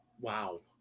Wow